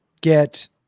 get